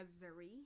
Missouri